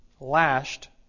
lashed